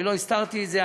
לא הסתרתי את זה.